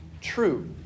true